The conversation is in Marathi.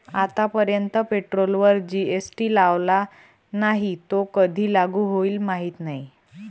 आतापर्यंत पेट्रोलवर जी.एस.टी लावला नाही, तो कधी लागू होईल माहीत नाही